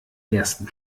ersten